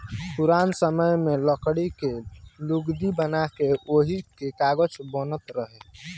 पुरान समय में लकड़ी के लुगदी बना के ओही से कागज बनत रहे